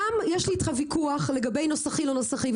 גם יש לי איתך וויכוח לגבי נוסחי או לא נוסחי,